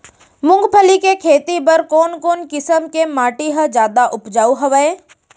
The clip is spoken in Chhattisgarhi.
मूंगफली के खेती बर कोन कोन किसम के माटी ह जादा उपजाऊ हवये?